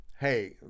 hey